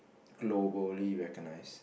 globally recognised